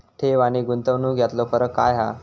ठेव आनी गुंतवणूक यातलो फरक काय हा?